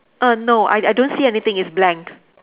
err no I I don't see anything it's blank